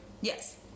Yes